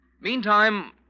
Meantime